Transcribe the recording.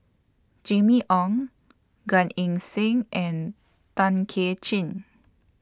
Jimmy Ong Gan Eng Seng and Tay Kay Chin